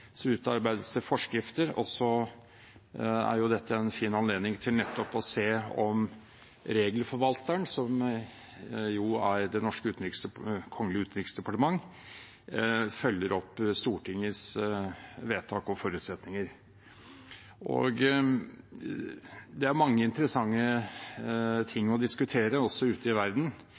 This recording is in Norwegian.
Så utarbeides det forskrifter, og så er dette en fin anledning til nettopp å se på om regelforvalteren, som er Det kongelige utenriksdepartement, følger opp Stortingets vedtak og forutsetninger. Det er mange interessante ting å diskutere, også ute i verden.